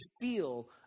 feel